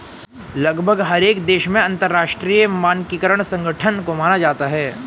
लगभग हर एक देश में अंतरराष्ट्रीय मानकीकरण संगठन को माना जाता है